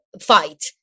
fight